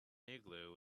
igloo